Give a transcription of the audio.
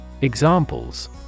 Examples